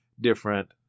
different